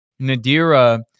Nadira